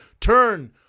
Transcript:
Turn